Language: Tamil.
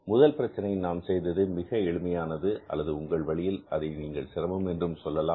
முதல் பிரச்சனை நாம் செய்தது மிக எளிமையானது அல்லது உங்களது வழியில் அதை நீங்கள் சிரமம் என்றும் சொல்லலாம்